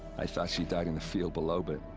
i thought she died in the field below, but.